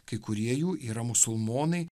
kai kurie jų yra musulmonai